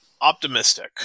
optimistic